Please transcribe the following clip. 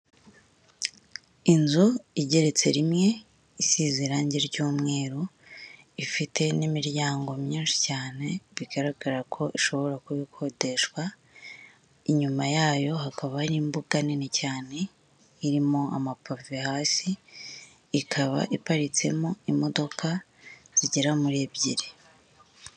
Inzu igeretse rimwe isize irangi ry'umweru ifite n'imiryango myinshi cyane bigaragara ko ishobora kuba ikodeshwa, inyuma yayo hakaba ari imbuga nini cyane irimo amapave hasi, ikaba iparitsemo imodoka zigera muri ebyiri.